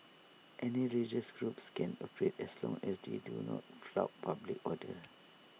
any religious groups can operate as long as they do not flout public order